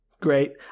great